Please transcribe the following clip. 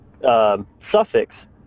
suffix